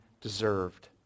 deserved